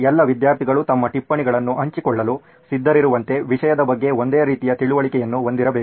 ಎಲ್ಲಾ ವಿದ್ಯಾರ್ಥಿಗಳು ತಮ್ಮ ಟಿಪ್ಪಣಿಗಳನ್ನು ಹಂಚಿಕೊಳ್ಳಲು ಸಿದ್ಧರಿರುವಂತೆ ವಿಷಯದ ಬಗ್ಗೆ ಒಂದೇ ರೀತಿಯ ತಿಳುವಳಿಕೆಯನ್ನು ಹೊಂದಿರಬೇಕು